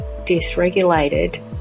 dysregulated